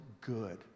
good